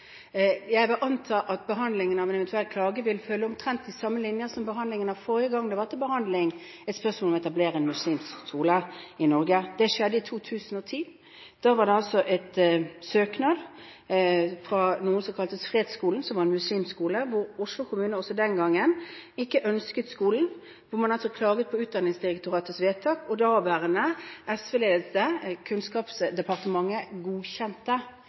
Jeg vil anta at behandlingen av en eventuell klage vil følge omtrent de samme linjer som forrige gang et spørsmål om å etablere en muslimsk skole i Norge var til behandling. Det skjedde i 2010. Da var det en søknad fra noe som kaltes Fredsskolen, som var en muslimsk skole, hvor Oslo kommune heller ikke den gangen ønsket skolen. Man klaget på Utdanningsdirektoratets vedtak, og det da SV-ledede Kunnskapsdepartementet godkjente